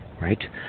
Right